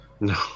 No